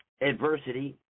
adversity